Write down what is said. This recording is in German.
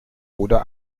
oder